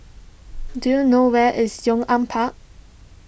do you know where is Yong An Park